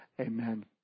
Amen